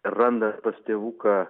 randa pas tėvuką